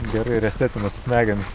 gerai resetinasi smegenys